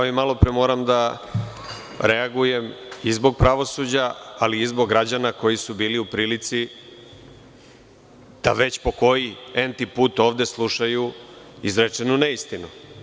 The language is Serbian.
Kao i malopre moram da reagujem i zbog pravosuđa i zbog građana koji su bili u prilici da već po koji entiput ovde slušaju izrečenu neistinu.